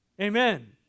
Amen